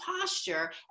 posture